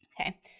Okay